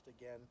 again